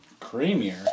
Creamier